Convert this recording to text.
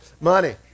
money